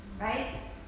Right